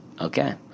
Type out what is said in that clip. Okay